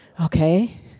Okay